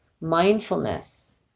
mindfulness